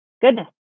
Goodness